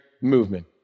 movement